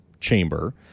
chamber